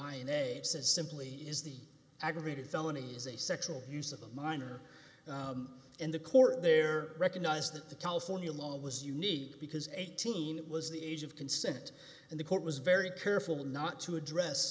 says simply is the aggravated felonies a sexual abuse of a minor and the court there recognize that the california law was unique because eighteen it was the age of consent and the court was very careful not to address